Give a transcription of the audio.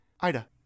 Ida